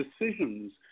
decisions